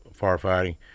firefighting